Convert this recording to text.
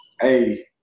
hey